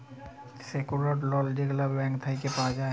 secured loan যেগলা ব্যাংক থ্যাইকে পাউয়া যায়